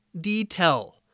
detail